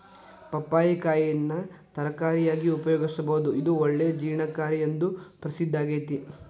ಪಪ್ಪಾಯಿ ಕಾಯಿನ ತರಕಾರಿಯಾಗಿ ಉಪಯೋಗಿಸಬೋದು, ಇದು ಒಳ್ಳೆ ಜೇರ್ಣಕಾರಿ ಎಂದು ಪ್ರಸಿದ್ದಾಗೇತಿ